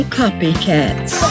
copycats